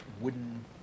wooden